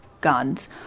guns